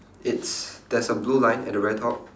it's there's a blue line at the very top